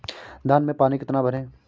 धान में पानी कितना भरें?